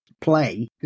play